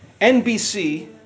NBC